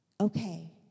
okay